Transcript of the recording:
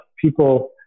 people